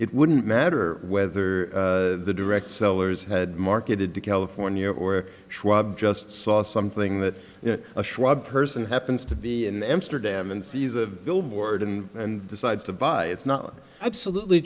it wouldn't matter whether the direct sellers marketed to california or schwab just saw something that a schwab person happens to be in amsterdam and sees a billboard and decides to buy it's not absolutely